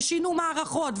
ושינו מערכות,